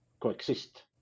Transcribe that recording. coexist